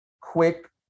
quick